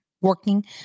Working